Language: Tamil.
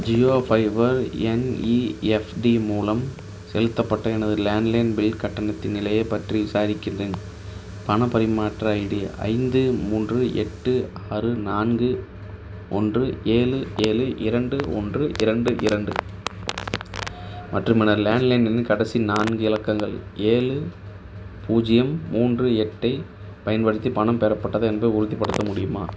ஜியோ பைபர் என்இஎஃப்டி மூலம் செலுத்தப்பட்ட எனது லேண்ட்லைன் பில் கட்டணத்தின் நிலையை பற்றி விசாரிக்கின்றேன் பணப் பரிமாற்ற ஐடி ஐந்து மூன்று எட்டு ஆறு நான்கு ஒன்று ஏழு ஏழு இரண்டு ஒன்று இரண்டு இரண்டு மற்றும் எனது லேண்ட்லைன் எண்ணின் கடைசி நான்கு இலக்கங்கள் ஏழு பூஜ்ஜியம் மூன்று எட்டை பயன்படுத்தி பணம் பெறப்பட்டதா என்பதை உறுதிப்படுத்த முடியுமா